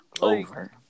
Over